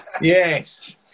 Yes